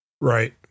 Right